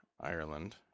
Ireland